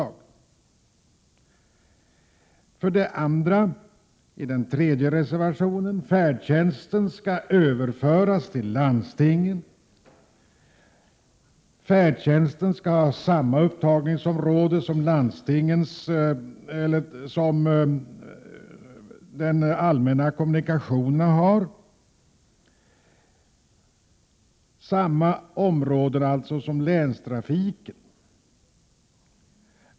I reservation 3 föreslår vi att huvudmannaskapet för färdtjänsten skall överföras till landstingen. Färdtjänsten skall ha samma upptagningsområde som de allmänna kommunikationerna, dvs. samma upptagningsområde som länstrafiken.